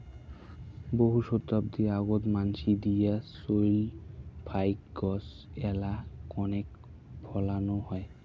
বহু শতাব্দী আগোত মানসি দিয়া চইল ফাইক গছ এ্যালা কণেক ফলানো হয়